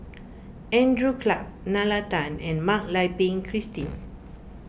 Andrew Clarke Nalla Tan and Mak Lai Peng Christine